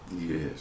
Yes